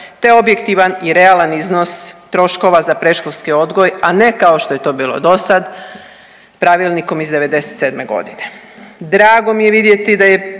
te objektivan i realan iznos troškova za predškolski odgoj, a ne kao što je to bilo dosada pravilnikom iz '97. godine. Drago mi je vidjeti da je